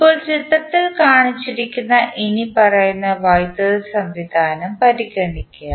ഇപ്പോൾ ചിത്രത്തിൽ കാണിച്ചിരിക്കുന്ന ഇനിപ്പറയുന്ന വൈദ്യുത സംവിധാനം പരിഗണിക്കുക